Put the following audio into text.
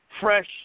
fresh